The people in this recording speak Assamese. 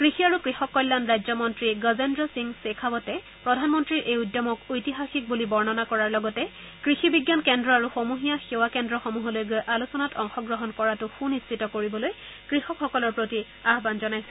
কৃষি আৰু কৃষক কল্যাণ ৰাজ্যমন্ত্ৰী গজেন্দ্ৰ সিং শেখাৱটে প্ৰধানমন্ত্ৰীৰ এই উদ্যমক ঐতিহাসিক বুলি বৰ্ণনা কৰাৰ লগতে কৃষি বিজ্ঞান কেন্দ্ৰ আৰু সমূহীয়া সেৱা কেন্দ্ৰসমূহলৈ গৈ আলোচনাত অংশগ্ৰহণ কৰাটো সুনিশ্চিত কৰিবলৈ কৃষকসকলৰ প্ৰতি আহান জনাইছে